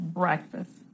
breakfast